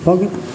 आओर